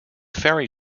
ferry